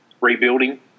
rebuilding